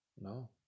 No